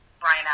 brian